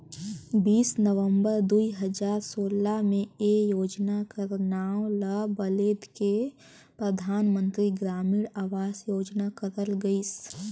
बीस नवंबर दुई हजार सोला में ए योजना कर नांव ल बलेद के परधानमंतरी ग्रामीण अवास योजना करल गइस